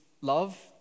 love